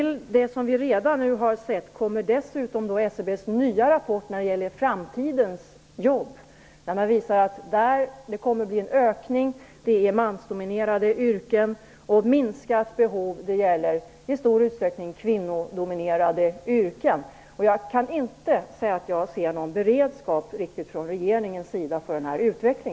Nu kommer dessutom SCB:s nya rapport som gäller framtidens jobb. Den visar att de mansdominerande yrkena kommer att öka, och att behoven av de kvinnodominerande yrkena i stor utsträckning kommer att minska. Jag kan inte se någon riktig beredskap från regeringens sida för denna utveckling.